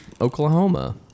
Oklahoma